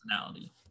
Personality